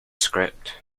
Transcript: script